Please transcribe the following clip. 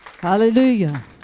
Hallelujah